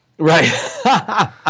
Right